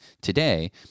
today